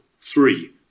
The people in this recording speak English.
three